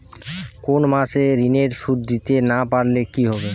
কোন মাস এ ঋণের সুধ দিতে না পারলে কি হবে?